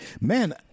Man